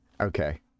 Okay